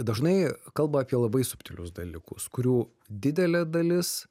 dažnai kalba apie labai subtilius dalykus kurių didelė dalis